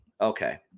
Okay